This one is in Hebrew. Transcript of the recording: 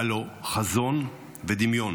היה לו חזון ודמיון